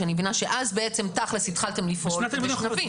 שאני מבינה שאז בעצם תכלס התחלתם לפעול בשלבים?